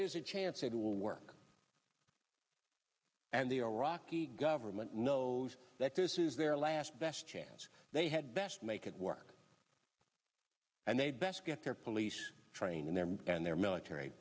is a chance it will work and the iraqi government knows that this is their last best chance they had best make it work and they best get their police training them and their military